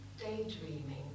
daydreaming